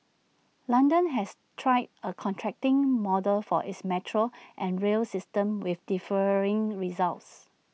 London has tried A contracting model for its metro and rail system with differing results